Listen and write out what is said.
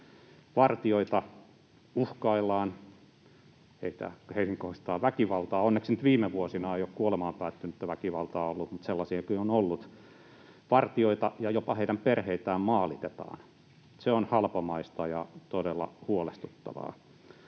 Vartijoita uhkaillaan, heihin kohdistetaan väkivaltaa. Onneksi nyt viime vuosina ei ole kuolemaan päättynyttä väkivaltaa ollut, mutta sellaisiakin tapauksia on ollut. Vartioita ja jopa heidän perheitään maalitetaan. Se on halpamaista ja todella huolestuttavaa.